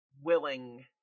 willing